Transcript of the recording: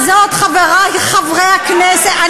אדוני היושב-ראש, חבר הכנסת מוזס, לא בעמידה.